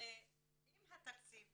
אם התקציב